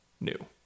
new